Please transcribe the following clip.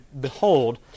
behold